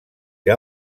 que